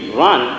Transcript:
run